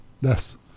Yes